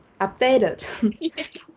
updated